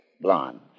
Blonde